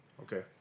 Okay